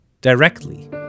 directly